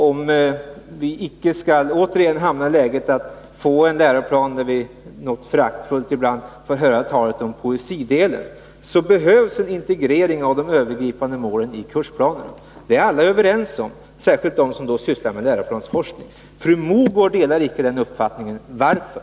Om vi icke återigen skall hamna i läget att vi får en läroplan som liknar den gamla beträffande vilken det ibland något föraktfullt talades om poesidelen, behövs en integrering av de övergripande målen och kursplanerna. Detta är alla överens om, särskilt de som sysslar med läroplansforskning. Fru Mogård delar inte den uppfattningen — varför?